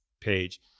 page